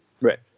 Right